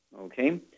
Okay